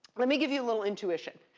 let me give you a little intuition.